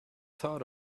thought